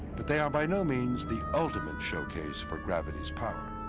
but they are by no means the ultimate showcase for gravity's power.